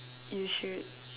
you should